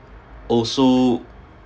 also